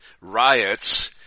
riots